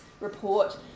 report